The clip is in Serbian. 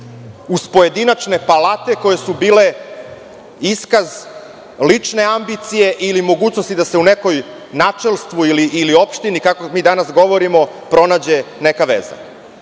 uz pojedinačne palate koje su bile iskaz lične ambicije ili mogućnosti da se u nekom načelstvu ili opštini, kako mi danas govorimo, pronađe neka veza. Ja